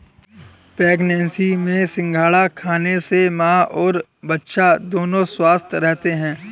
pregnancy में सिंघाड़ा खाने से मां और बच्चा दोनों स्वस्थ रहते है